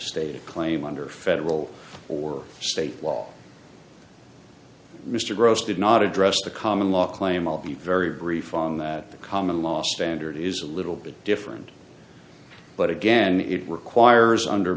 a claim under federal or state law mr gross did not address the common law claim i'll be very brief on that the common law standard is a little bit different but again it requires under